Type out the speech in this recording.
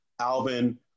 Alvin